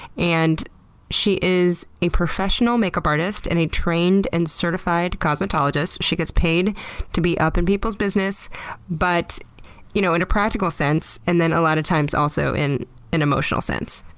and she is a professional makeup artist and a trained and certified cosmetologist. she gets paid to be up in people's business but you know in a practical sense, and then a lot of times also in an emotional sense,